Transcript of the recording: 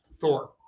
Thor